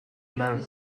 mal